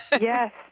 Yes